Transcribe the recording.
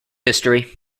history